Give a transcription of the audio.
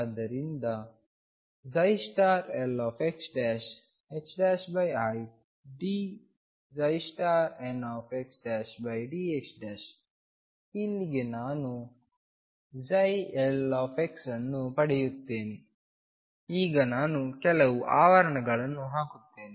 ಆದ್ದರಿಂದ lxidnxdx ಇಲ್ಲಿಗೆ ನಾನು lಅನ್ನು ಪಡೆಯುತ್ತೇನೆ ಈಗ ನಾನು ಕೆಲವು ಆವರಣಗಳನ್ನು ಹಾಕುತ್ತೇನೆ